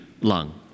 lung